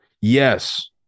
Yes